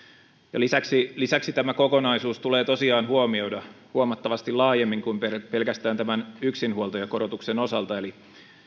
lisäksi lisäksi kokonaisuus tulee tosiaan huomioida huomattavasti laajemmin kuin pelkästään tämän yksinhuoltajakorotuksen osalta eli